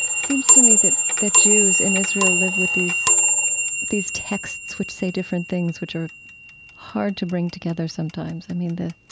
seems to me that that jews in israel live with these these texts which say different things which are hard to bring together sometimes. i mean, the